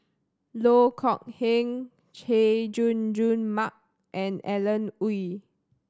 Loh Kok Heng Chay Jung Jun Mark and Alan Oei